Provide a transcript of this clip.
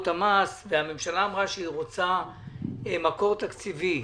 המס והממשלה אמרה שהיא רוצה מקור תקציבי.